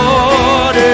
Lord